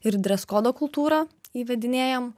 ir dres kodo kultūrą įvedinėjam